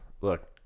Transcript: Look